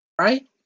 right